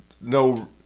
no